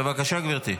בבקשה, גברתי.